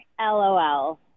LOL